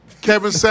Kevin